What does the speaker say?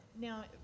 Now